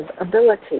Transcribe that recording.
ability